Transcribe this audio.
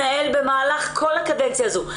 במהלך כל הקדנציה הזאת,